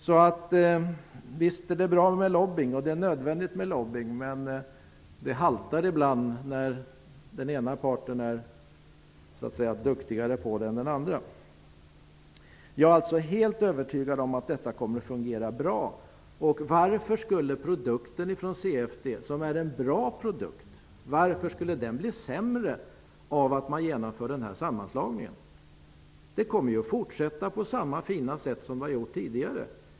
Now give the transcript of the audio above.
Så visst är det bra och nödvändigt med lobbying, men det haltar ibland när den ena parten är duktigare på det än den andra. Jag är alltså helt övertygad om att detta kommer att fungera bra. Och varför skulle produkten från CFD -- som är en bra produkt -- bli sämre av att man genomför denna sammanslagning? Verksamheten kommer ju att fortsätta på samma fina sätt som tidigare.